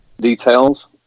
details